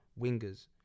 wingers